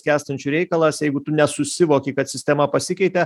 skęstančių reikalas jeigu tu nesusivoki kad sistema pasikeitė